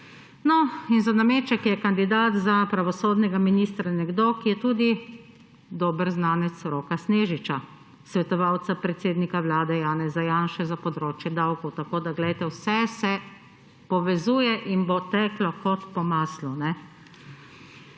No, in za nameček je kandidat za pravosodnega ministra nekdo, ki je tudi dober znanec Roka Snežiča. Svetovalca predsednika Vlade Janeza Janše za področje davkov. Tako da glejte, vse se povezuje in bo teklo kot po maslu.